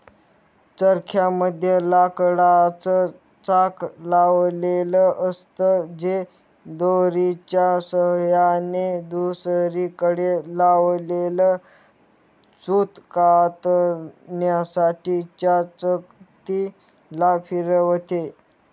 चरख्या मध्ये लाकडाच चाक लावलेल असत, जे दोरीच्या सहाय्याने दुसरीकडे लावलेल सूत कातण्यासाठी च्या चकती ला फिरवते